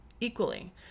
equally